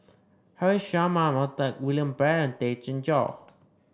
Haresh Sharma Montague William Pett and Tay Chin Joo